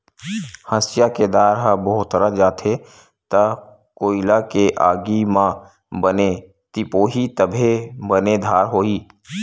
हँसिया के धार ह भोथरा जाथे त कोइला के आगी म बने तिपोही तभे बने धार होही